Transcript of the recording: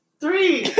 Three